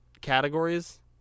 categories